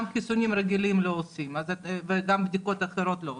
חיסונים רגילים לא עושים וגם בדיקות אחרות לא עושים,